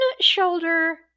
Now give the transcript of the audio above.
shoulder